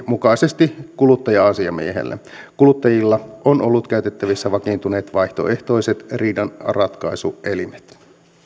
mukaisesti kuluttaja asiamiehelle kuluttajilla on ollut käytettävissä vakiintuneet vaihtoehtoiset riidanratkaisuelimet